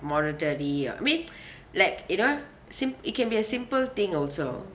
monetary or I mean like you know sim~ it can be a simple thing also